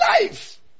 life